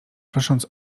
prosząc